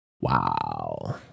wow